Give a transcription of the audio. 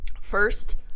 first